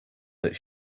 that